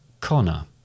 Connor